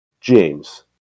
James